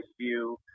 view